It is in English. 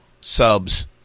subs